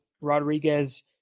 Rodriguez